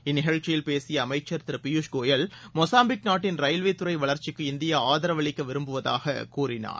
இந்நிகழ்ச்சியில் பேசிய அமைச்சர் பியூஸ்கோயல் மொசாம்பிக் நாட்டின் ரயில்வே துறை வளர்ச்சிக்கு இந்தியா ஆதரவு அளிக்க விரும்புவதாக கூறினார்